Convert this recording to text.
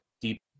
deep